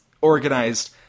organized